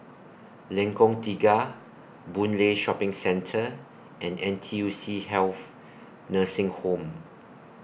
Lengkong Tiga Boon Lay Shopping Centre and N T U C Health Nursing Home